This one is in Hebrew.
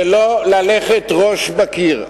ולא ללכת ראש בקיר.